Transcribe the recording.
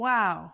Wow